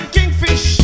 Kingfish